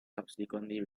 subsequently